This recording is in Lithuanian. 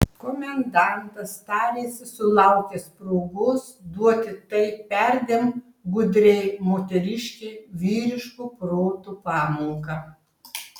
komendantas tarėsi sulaukęs progos duoti tai perdėm gudriai moteriškei vyriško proto pamoką